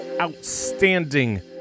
outstanding